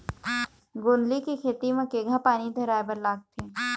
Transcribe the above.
गोंदली के खेती म केघा पानी धराए बर लागथे?